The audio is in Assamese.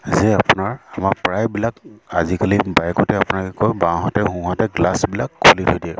যে আপোনাৰ আমাৰ প্ৰায়বিলাক আজিকালি বাইকতে আপোনাক কি কয় বাঁওহাতে সোঁহাতে গ্লাছবিলাক খুলি থৈ দিয়ে